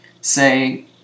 say